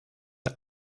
der